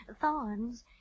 thorns